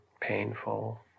painful